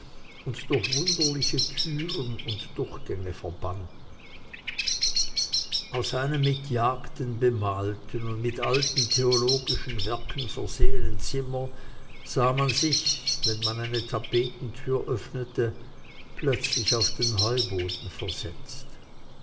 und durch wunderliche türen und durchgänge verbanden aus einem mit jagden bemalten und mit alten theologischen werken versehenen zimmer sah man sich wenn man eine tapetentür öffnete plötzlich auf den heuboden versetzt